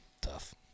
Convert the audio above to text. Tough